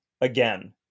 again